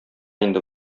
инде